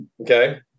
Okay